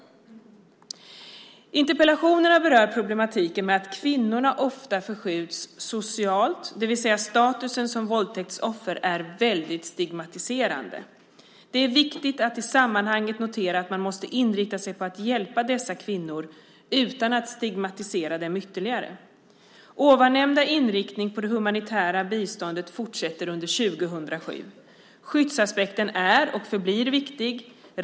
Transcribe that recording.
Interpellationerna berör problematiken med att kvinnorna ofta förskjuts socialt, det vill säga att statusen som våldtäktsoffer är väldigt stigmatiserande. Det är viktigt att i sammanhanget notera att man måste inrikta sig på att hjälpa dessa kvinnor utan att stigmatisera dem ytterligare. Ovannämnda inriktning på det humanitära biståndet fortsätter under 2007. Skyddsaspekten är och förblir viktig.